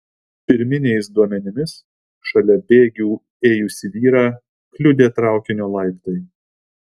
pirminiais duomenimis šalia bėgių ėjusį vyrą kliudė traukinio laiptai